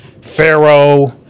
Pharaoh